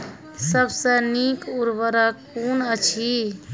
सबसे नीक उर्वरक कून अछि?